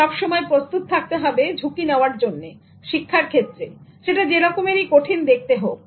সব সময় প্রস্তুত থাকতে হবে ঝুঁকি নেওয়ার জন্য শিক্ষার ক্ষেত্রে সেটা যে রকমেরই কঠিন দেখতে হোক